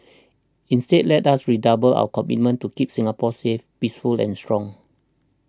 instead let us redouble our commitment to keep Singapore safe peaceful and strong